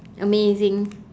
amazing